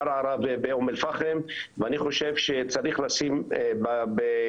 בערערה ובאום אל פחם ואני חושב שצריך לשים בתוכנית